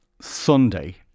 Sunday